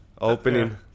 opening